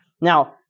Now